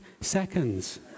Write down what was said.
seconds